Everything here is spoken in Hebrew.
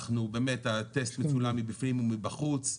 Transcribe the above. אנחנו באמת הטסט מצולם מבפנים ומבחוץ,